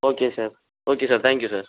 okay sir okay sir thank you sir